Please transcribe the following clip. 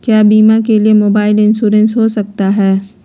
क्या बीमा के लिए मोबाइल इंश्योरेंस हो सकता है?